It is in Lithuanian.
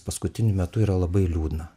paskutiniu metu yra labai liūdna